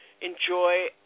enjoy